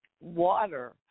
water